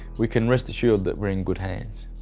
we can rest assure that we are in good hands.